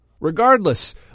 Regardless